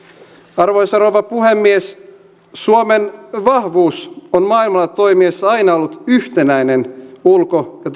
arvoisa rouva puhemies suomen vahvuus on maailmalla toimittaessa aina ollut yhtenäinen ulko ja